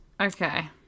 okay